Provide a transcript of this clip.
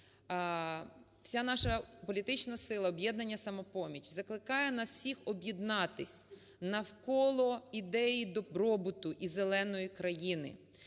вся наша політична сила "Об'єднання "Самопоміч", закликає нас всіх об'єднатись навколо ідеї добробуту і зеленої країни